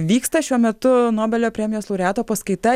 vyksta šiuo metu nobelio premijos laureato paskaita